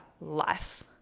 life